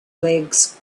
legs